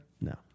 No